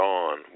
on